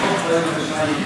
אומנם חלקם ריקים,